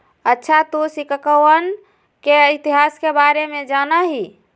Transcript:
अच्छा तू सिक्कवन के इतिहास के बारे में जाना हीं?